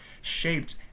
shaped